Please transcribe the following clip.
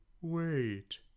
Wait